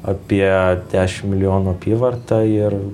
apie dešim milijonų apyvarta ir